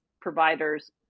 providers